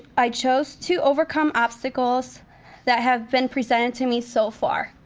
i chose to overcome obstacles that have been presented to me so far.